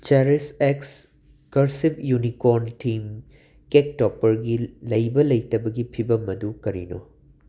cherries ꯑꯦꯛꯁ ꯀꯔꯁꯤꯕ unicorn theme cake ꯇꯣꯞꯄꯔꯒꯤ ꯂꯩꯕ ꯂꯩꯇꯕꯒꯤ ꯐꯤꯕꯝ ꯑꯗꯨ ꯀꯔꯤꯅꯣ